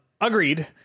agreed